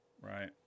right